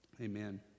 amen